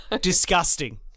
Disgusting